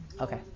Okay